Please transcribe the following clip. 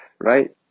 right